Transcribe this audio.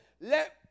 let